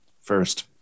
first